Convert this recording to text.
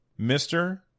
Mr